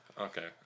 Okay